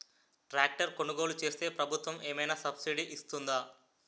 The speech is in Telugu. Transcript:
ట్రాక్టర్ కొనుగోలు చేస్తే ప్రభుత్వం ఏమైనా సబ్సిడీ ఇస్తుందా?